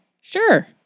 Sure